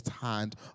hand